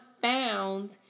found